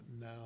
Now